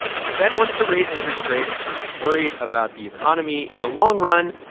the fed wants to raise interest rates because it's worried about the economy in the long run,